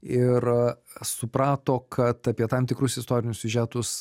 ir suprato kad apie tam tikrus istorinius siužetus